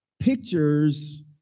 pictures